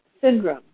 syndrome